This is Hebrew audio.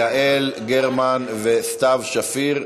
יעל גרמן וסתיו שפיר,